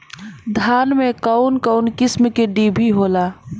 धान में कउन कउन किस्म के डिभी होला?